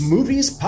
Movies